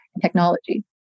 technology